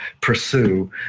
pursue